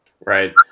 Right